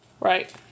Right